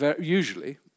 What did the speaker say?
usually